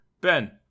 Ben